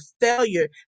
failure